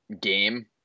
game